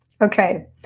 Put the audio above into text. okay